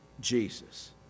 Jesus